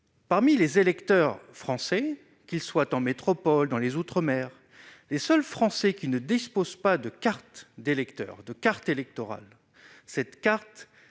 Parmi les électeurs français, qu'il soit en métropole dans les Outre-Mer les seuls Français qui ne disposent pas de carte d'électeur de carte électorale cette carte